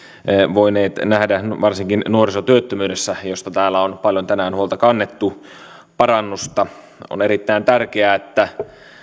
voineet nähdä varsinkin nuorisotyöttömyydessä josta täällä on paljon tänään huolta kannettu parannusta on erittäin tärkeää että